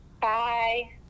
Bye